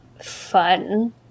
fun